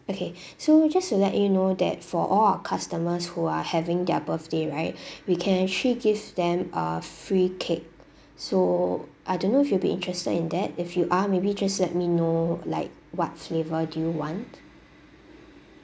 okay so just to let you know that for all our customers who are having their birthday right we can actually give them a free cake so I don't know if you'll be interested in that if you are maybe just let me know like what flavour do you want